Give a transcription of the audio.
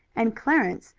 and clarence,